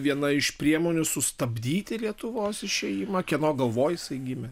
viena iš priemonių sustabdyti lietuvos išėjimą kieno galvoj jisai gimė